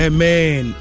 Amen